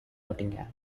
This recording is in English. nottingham